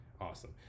Awesome